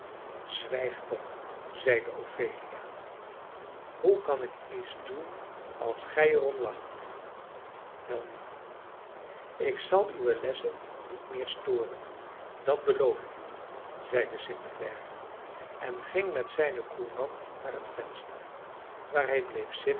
zwijg toch zeide ophelia hoe kan ik iets doen als gij er om lacht welnu ik zal uwe lessen niet meer storen dat beloof ik u zeide st clare en ging met zijne courant naar het venster waar hij bleef zitten